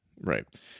Right